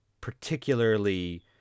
particularly